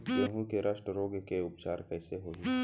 गेहूँ के रस्ट रोग के उपचार कइसे होही?